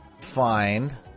find